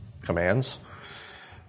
commands